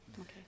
Okay